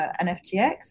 NFTX